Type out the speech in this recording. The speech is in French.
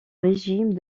régime